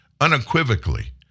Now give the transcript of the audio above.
unequivocally